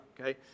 okay